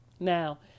Now